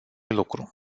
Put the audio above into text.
lucru